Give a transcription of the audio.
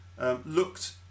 looked